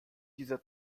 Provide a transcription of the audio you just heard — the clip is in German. dieser